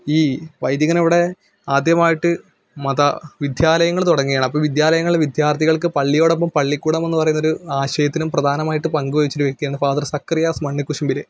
ഈ വൈദികൻ അവിടെ ആദ്യമായിട്ട് മത വിദ്യാലയങ്ങൾ തൊടങ്ങിയാണ് അപ്പം വിദ്യാലയങ്ങൾ വിദ്യാര്ത്ഥികള്ക്ക് പള്ളിയോടൊപ്പം പള്ളിക്കൂടമെന്ന് പറയുന്നൊരു ആശയത്തിനും പ്രധാനമായിട്ട് പങ്ക് വഹിച്ചൊരു വ്യക്തിയാണ് ഫാദര് സക്കറിയാസ് മണ്ണിക്കുശുമ്പിൽ